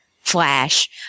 Flash